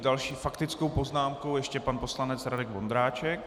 S další faktickou poznámkou ještě pan poslanec Radek Vondráček.